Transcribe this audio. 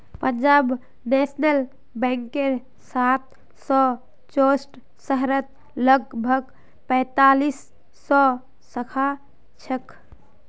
Punjab national बैंकेर सात सौ चौसठ शहरत लगभग पैंतालीस सौ शाखा छेक